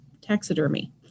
taxidermy